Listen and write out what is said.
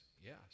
Yes